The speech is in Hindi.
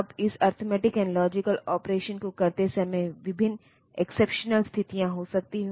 अब इस अरिथमेटिक एंड लॉजिकल ऑपरेशन्स को करते समय विभिन्न एक्सेप्शनल स्थितियां हो सकती हैं